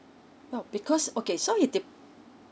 no because okay so it de~